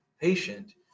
patient